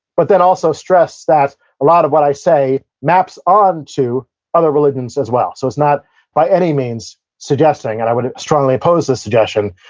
but then also stress that a lot of what i say maps onto other religions as well. so, it's not by any means suggesting, and i would strongly oppose the suggestion,